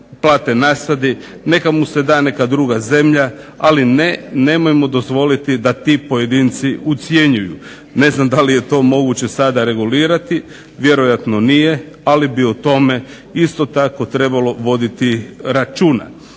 neka mu se da neka druga zemlja, ali ne nemojmo dozvoliti da ti pojedinci ucjenjuju. Ne znam da li je to moguće sada revalvirati vjerojatno nije, ali bi o tome isto tako trebalo voditi računa.